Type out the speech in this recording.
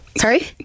sorry